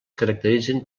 caracteritzen